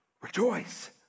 rejoice